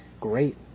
great